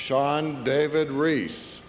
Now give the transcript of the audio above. shawn david race